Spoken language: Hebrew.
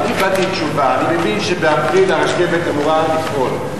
אני מבין שבאפריל הרכבת אמורה לפעול,